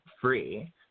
free